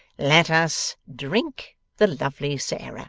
let us drink the lovely sarah